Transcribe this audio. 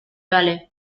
vale